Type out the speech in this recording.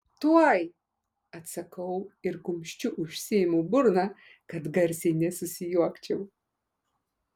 tuoj atsakau ir kumščiu užsiimu burną kad garsiai nesusijuokčiau